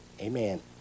Amen